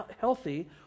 healthy